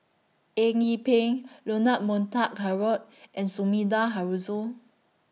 Eng Yee Peng Leonard Montague Harrod and Sumida Haruzo